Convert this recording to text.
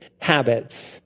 habits